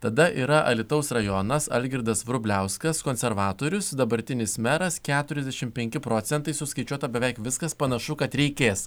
tada yra alytaus rajonas algirdas vrubliauskas konservatorius dabartinis meras keturiasdešimt penki procentai suskaičiuota beveik viskas panašu kad reikės